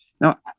Now